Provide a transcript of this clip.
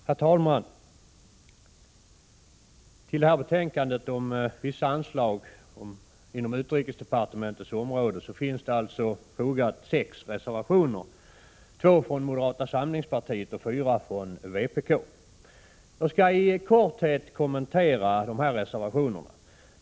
Herr talman! Till det här betänkandet, som behandlar vissa anslag inom utrikesdepartementets område, har fogats sex reservationer — två från moderaterna och fyra från vpk. Jag skall i korthet kommentera dessa reservationer.